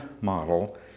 model